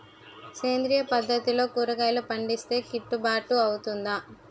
సేంద్రీయ పద్దతిలో కూరగాయలు పండిస్తే కిట్టుబాటు అవుతుందా?